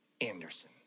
Anderson